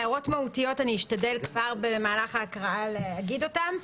הערות מהותיות שאשתדל כבר במהלך ההקראה להגיד אותם.